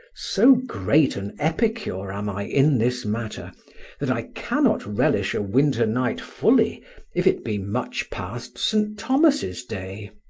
so great an epicure am i in this matter that i cannot relish a winter night fully if it be much past st. thomas's day,